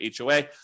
HOA